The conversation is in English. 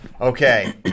Okay